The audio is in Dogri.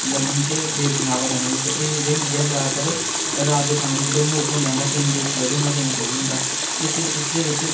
लगन ते बेद दे नांऽ पर अस जन्ने होन्ने ते एह् जेह्ड़ी होंदी ऐ जैदातर रात दे समें जेह्ड़ा म्हूर्त होंदा ऐ इं'दा केइयें दा इक बजे होंदा केइयें दा दो बजे होंदा इस्सै दे इसदे बिच्च